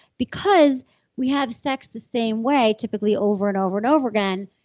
because we have sex the same way typically over and over and over again.